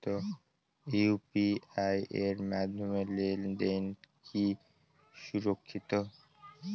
UPI এর মাধ্যমে লেনদেন কি সুরক্ষিত?